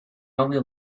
only